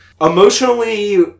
emotionally